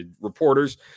reporters